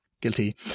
Guilty